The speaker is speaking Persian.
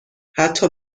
حتی